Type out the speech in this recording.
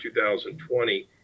2020